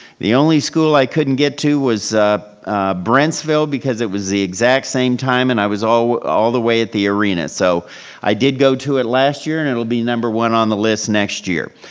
the only school i couldn't get to was brentsville because it was the exact same time and i was all all the way at the arena. so i did go to it last year and it'll be number one on the list next year.